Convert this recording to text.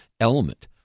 element